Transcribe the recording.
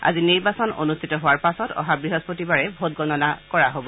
আজি নিৰ্বাচন অনুষ্ঠিত হোৱাৰ পাছত অহা বৃহস্পতিবাৰে ভোটগণনা অনুষ্ঠিত হব